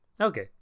Okay